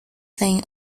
thing